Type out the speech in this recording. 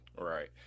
Right